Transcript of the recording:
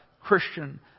Christian